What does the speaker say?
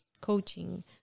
coaching